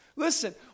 Listen